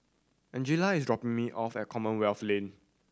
Angella is dropping me off at Commonwealth Lane